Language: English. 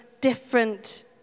different